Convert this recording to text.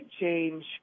change